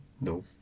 No